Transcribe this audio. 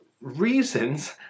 reasons